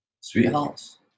sweethearts